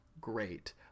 great